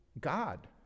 God